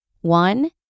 one